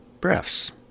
breaths